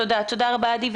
תודה רבה, עדי.